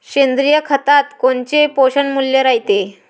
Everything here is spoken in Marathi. सेंद्रिय खतात कोनचे पोषनमूल्य रायते?